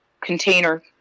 container